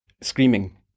screaming